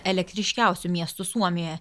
elektriškiausiu miestu suomijoje